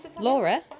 Laura